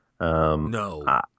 No